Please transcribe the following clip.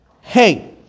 Hey